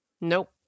Nope